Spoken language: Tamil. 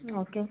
ம் ஓகே